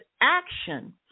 action